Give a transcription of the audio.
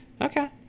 Okay